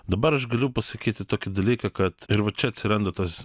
dabar aš galiu pasakyti tokį dalyką kad ir va čia atsiranda tas